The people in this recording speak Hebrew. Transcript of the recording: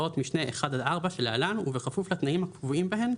בפסקאות משנה (1) עד (4) שלהלן ובכפוף לתנאים הקבועים בהן